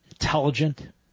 intelligent